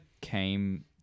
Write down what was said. came